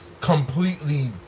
completely